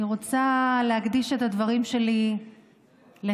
אני רוצה להקדיש את הדברים שלי לך.